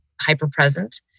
hyper-present